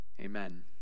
amen